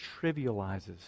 trivializes